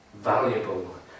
valuable